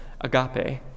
agape